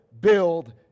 build